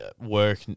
work